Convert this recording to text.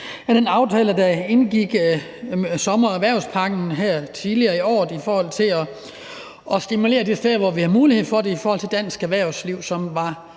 den aftale, der blev indgået om sommer- og erhvervspakken tidligere i år, om at stimulere de steder, hvor vi har mulighed for det, i forhold til dansk erhvervsliv, som